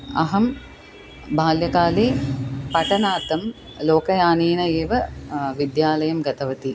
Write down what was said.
अहं बाल्यकाले पठनार्थं लोकयानेन एव विद्यालयं गतवती